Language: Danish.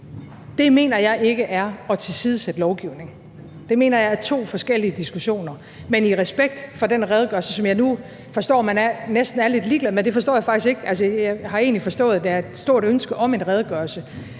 Det mener jeg ikke er at tilsidesætte lovgivning. Det mener jeg er to forskellige diskussioner. Men i respekt for den redegørelse, som jeg nu forstår man næsten er lidt ligeglad med – det forstår jeg faktisk ikke man er, altså, jeg har egentlig forstået, at der er et stort ønske om en redegørelse